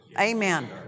Amen